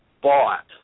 bought